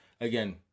again